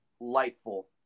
lightful